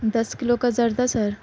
دس kilo کا زردہ سر